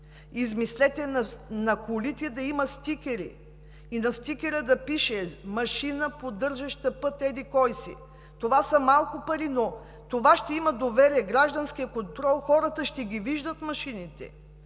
Измислете на колите да има стикери и на стикера да пише: „Машина, поддържаща път еди-кой си“. Това са малко пари, но тогава ще има доверие, граждански контрол, хората ще виждат машините